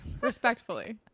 Respectfully